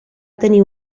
tenir